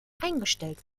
eingestellt